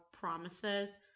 promises